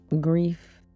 grief